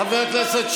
חבר הכנסת כסיף,